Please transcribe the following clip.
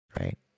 right